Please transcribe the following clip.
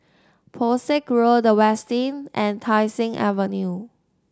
Pesek Road The Westin and Tai Seng Avenue